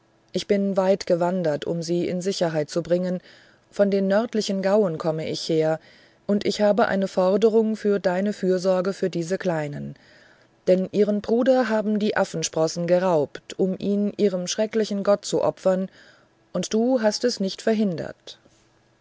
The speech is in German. weit bin ich gewandert um sie in sicherheit zu bringen von den nördlichen gauen komme ich her und ich habe eine forderung auf deine fürsorge für diese kleinen denn ihren bruder haben die affensprossen geraubt um ihn ihrem schrecklichen gott zu opfern und du hast es nicht verhindert